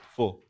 Four